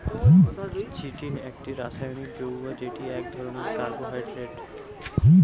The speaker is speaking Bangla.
চিটিন একটি রাসায়নিক যৌগ্য যেটি এক ধরণের কার্বোহাইড্রেট